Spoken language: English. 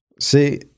See